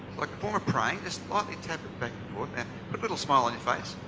like a form of praying, just lightly tap it a little smile on your face.